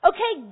Okay